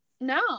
No